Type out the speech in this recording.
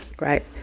right